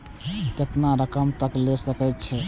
केतना रकम तक ले सके छै?